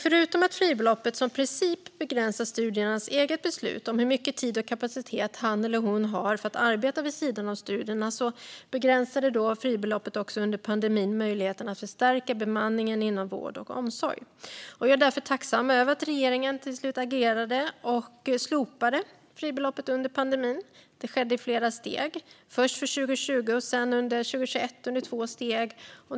Förutom att fribeloppet som princip begränsar studentens eget beslut om hur mycket tid och kapacitet han eller hon har att arbeta vid sidan av studierna begränsade fribeloppet också möjligheten att förstärka bemanningen inom vård och omsorg under pandemin. Jag är tacksam över att regeringen till slut agerade och slopade fribeloppet under pandemin. Det skedde i flera steg, först för 2020 och sedan för 2021 i två steg.